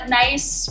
nice